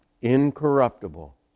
incorruptible